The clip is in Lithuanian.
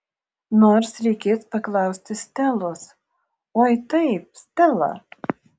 nors reikės paklausti stelos oi taip stela